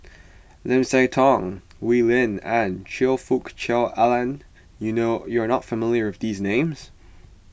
Lim Siah Tong Wee Lin and Choe Fook Cheong Alan you know you are not familiar with these names